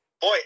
Boy